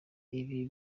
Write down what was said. ibi